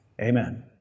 Amen